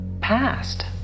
past